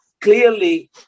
clearly